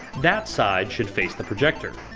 that side should face the projector.